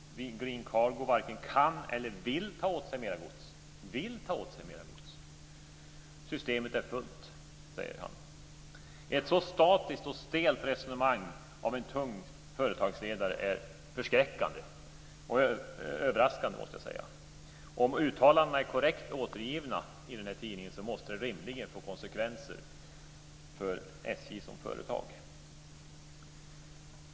Green Cargo varken kan eller vill ta åt sig mer gods - man vill alltså inte ta åt sig mer gods. Systemet är fullt, säger han. Ett så statiskt och stelt resonemang av en tung företagsledare är förskräckande och överraskande, måste jag säga. Om uttalandena i den här tidningen är korrekt återgivna måste det rimligen få konsekvenser för SJ som företag.